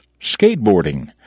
skateboarding